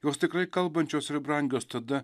jos tikrai kalbančios ir brangios tada